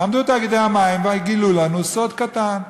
עמדו תאגידי המים וגילו לנו סוד קטן,